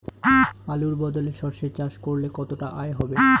আলুর বদলে সরষে চাষ করলে কতটা আয় হবে?